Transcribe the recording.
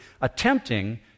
attempting